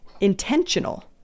intentional